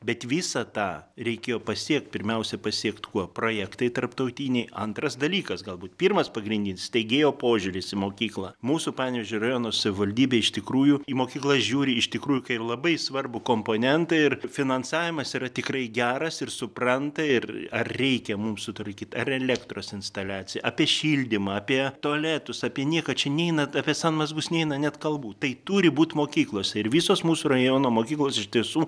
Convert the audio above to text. bet visa tą reikėjo pasiekt pirmiausia pasiekt kuo projektai tarptautiniai antras dalykas galbūt pirmas pagrindinis steigėjo požiūris į mokyklą mūsų panevėžio rajono savivaldybė iš tikrųjų į mokyklas žiūri iš tikrųjų kai labai svarbų komponentą ir finansavimas yra tikrai geras ir supranta ir ar reikia mums sutvarkyt ar elektros instaliaciją apie šildymą apie tualetus apie nieką čia neina apie sanmazgus neina net kalbų tai turi būt mokyklose ir visos mūsų rajono mokyklos iš tiesų